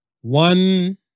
One